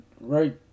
right